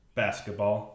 basketball